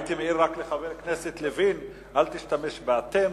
הייתי רק מעיר לחבר הכנסת לוין, אל תשתמש ב"אתם",